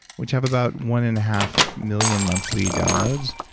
which have about one and a half million monthly downloads.